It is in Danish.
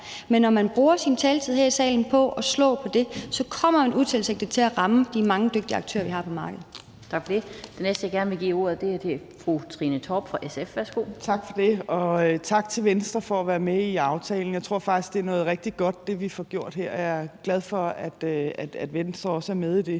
Men når man bruger sin taletid her i salen på at slå på det, kommer man utilsigtet til at ramme de mange dygtige aktører, vi har på markedet. Kl. 11:31 Den fg. formand (Annette Lind): Tak for det. Den næste, jeg gerne vil give ordet, er fru Trine Torp fra SF. Værsgo. Kl. 11:31 Trine Torp (SF): Tak for det, og tak til Venstre for at være med i aftalen. Jeg tror faktisk, det er noget rigtig godt, vi får gjort her, og jeg er glad for, at Venstre også er med i det.